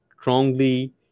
strongly